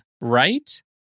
right